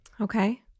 Okay